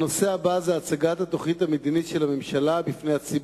הצעה לסדר-היום מס' 250 בנושא: הצגת התוכנית המדינית של הממשלה